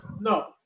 No